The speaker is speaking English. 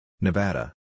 Nevada